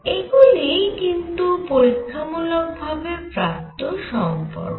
এইগুলি কিন্তু পরীক্ষামূলক ভাবে প্রাপ্ত সম্পর্ক